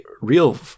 real